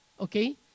Okay